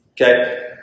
okay